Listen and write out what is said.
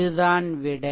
இதுதான் விடை